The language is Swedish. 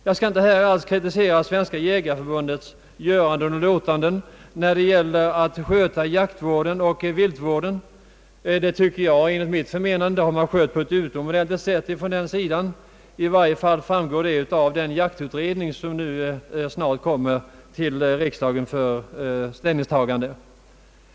Jag skall här inte kritisera Jägareförbundets göranden och låtanden när det gäller att sköta jaktvården och viltvården, ty jag tycker att det skött den uppgiften på ett utomordentligt sätt. I varje fall framgår det av den jaktutredning som snart kommer till riksdagen för ställningstagande.